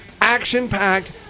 action-packed